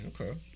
Okay